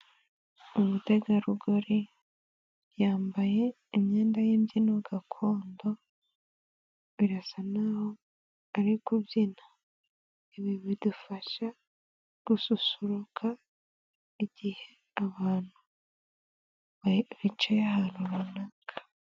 Umutegarugori yambaye imyenda y'imbyino gakondo birasa naho ari kubyina. Ibi bidufasha gususuruka igihe abantu bicaye ahantu runaka.